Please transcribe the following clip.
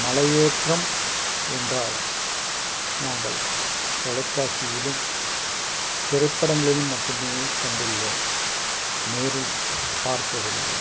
மலையேற்றம் என்றால் நாங்கள் தொலைக்காட்சியிலும் திரைப்படங்களிலும் மட்டுமே கண்டுள்ளோம் நேரில் பார்த்ததில்லை